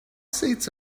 seats